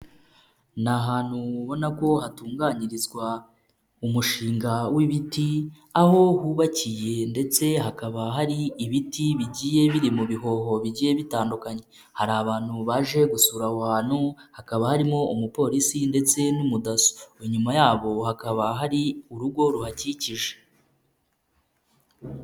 Ni ahantu ubona ko hatunganyirizwa umushinga w'ibiti aho hubakiye ndetse hakaba hari ibiti bigiye biri mu bihoho bigiye bitandukanye, hari abantu baje gusura aho hantu hakaba harimo umupolisi ndetse n'umudaso, inyuma yabo hakaba hari urugo ruhakikije.